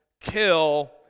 kill